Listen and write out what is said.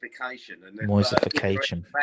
Moistification